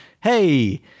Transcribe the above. hey